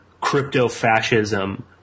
crypto-fascism